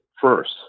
first